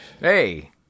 Hey